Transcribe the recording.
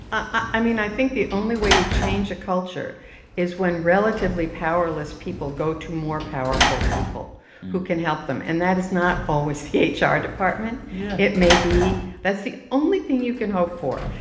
i mean, i think the only way you change a culture is when relatively powerless people go to more powerful people who can help them. and that is not always the ah hr department yeah it may be. that's the only thing you can hope for,